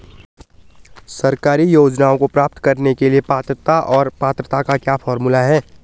सरकारी योजनाओं को प्राप्त करने के लिए पात्रता और पात्रता का क्या फार्मूला है?